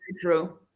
true